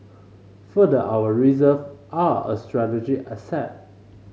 further our reserve are a strategic asset